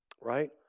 right